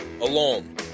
alone